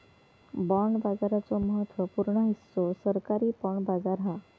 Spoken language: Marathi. बाँड बाजाराचो महत्त्व पूर्ण हिस्सो सरकारी बाँड बाजार हा